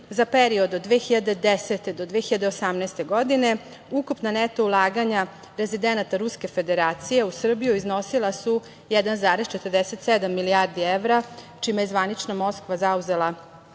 za period od 2010. do 2018. godine ukupna neto ulaganja rezidenata Ruske Federacije u Srbiju iznosila su 1,47 milijardi evra, čime je zvanična Moskva zauzela